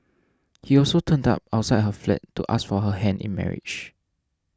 he also turned up outside her flat to ask for her hand in marriage